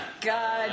God